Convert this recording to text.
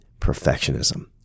perfectionism